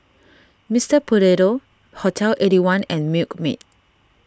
Mister Potato Hotel Eighty One and Milkmaid